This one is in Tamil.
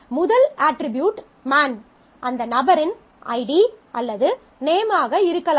முதல் அட்ரிபியூட் மேன் அந்த நபரின் ஐடி அல்லது நேம் ஆக இருக்கலாம்